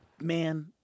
Man